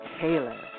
Taylor